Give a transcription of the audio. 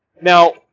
Now